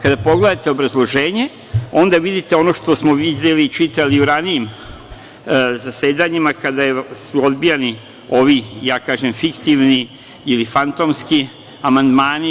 Kada pogledate obrazloženje, onda vidite ono što smo videli, čitali u ranijim zasedanjima kada su odbijani ovi, kažem, fiktivni ili fantomski amandmanima.